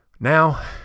Now